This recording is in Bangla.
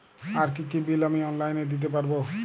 আর কি কি বিল আমি অনলাইনে দিতে পারবো?